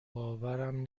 باورم